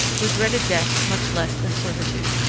who dreaded death much less than servitude.